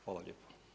Hvala lijepo.